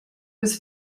was